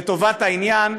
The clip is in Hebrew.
לטובת העניין,